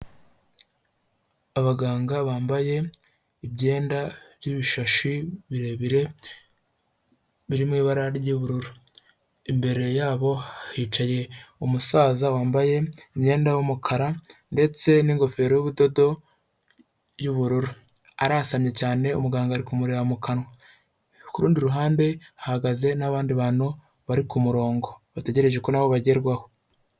Abaganga bambaye ibyenda by'ibishashi birebire, biri mu ibara ry'ubururu, imbere yabo hicaye umusaza wambaye imyenda y'umukara ndetse n'ingofero y'ubudodo y'ubururu, arasamye cyane umuganga ari kumureba mu kanwa, ku rundi ruhande hahagaze n'abandi bantu bari ku murongo, bategereje ko na bo bagerwaho.